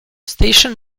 station